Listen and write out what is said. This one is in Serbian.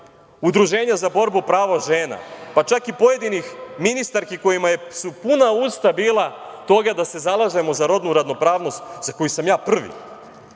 udruženja za borbu prava žena, pa čak i pojedinih ministarki kojima su puna usta bila toga da se zalažemo za rodnu ravnopravnost, za koju sam ja prvi,